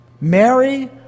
Mary